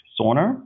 sauna